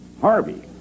Harvey